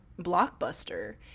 Blockbuster